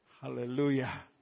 Hallelujah